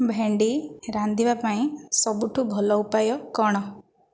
ଭେଣ୍ଡି ରାନ୍ଧିବା ପାଇଁ ସବୁଠୁ ଭଲ ଉପାୟ କ'ଣ